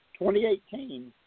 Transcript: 2018